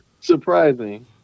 surprising